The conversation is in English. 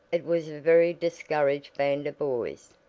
it was a very discouraged band of boys,